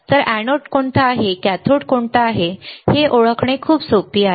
तर एनोड कोणता आहे कॅथोड कोणता आहे हे ओळखणे खूप सोपे आहे